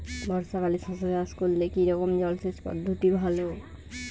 বর্ষাকালে শশা চাষ করলে কি রকম জলসেচ পদ্ধতি ভালো?